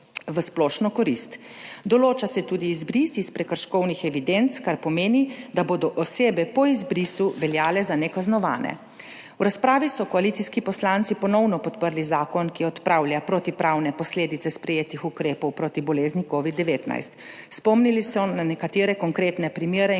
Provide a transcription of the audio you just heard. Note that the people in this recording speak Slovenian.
v splošno korist. Določa se tudi izbris iz prekrškovnih evidenc, kar pomeni, da bodo osebe po izbrisu veljale za nekaznovane. V razpravi so koalicijski poslanci ponovno podprli zakon, ki odpravlja protipravne posledice sprejetih ukrepov proti bolezni covid-19. Spomnili so na nekatere konkretne primere in posledice